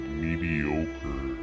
mediocre